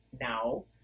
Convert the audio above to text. now